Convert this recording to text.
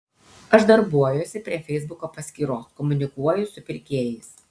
aš darbuojuosi prie feisbuko paskyros komunikuoju su pirkėjais